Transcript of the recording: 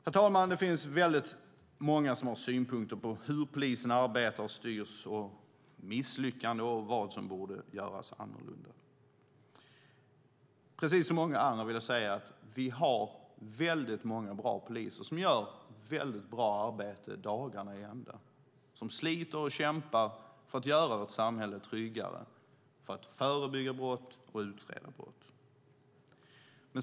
Herr talman! Det finns väldigt många som har synpunkter på hur polisen arbetar och styrs, om misslyckanden och om vad som borde göras annorlunda. Precis som många andra vill jag säga att vi har väldigt många bra poliser som gör ett väldigt bra arbete dagarna i ända. De sliter och kämpar för att göra vårt samhälle tryggare, för att förebygga brott och utreda brott.